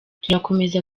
turakomeza